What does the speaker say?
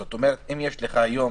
זאת אומרת, אם יש לך היום